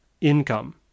income